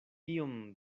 tiom